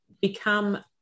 become